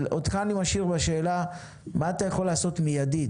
אותך אני משאיר עם השאלה: מה אתה יכול לעשות מידית?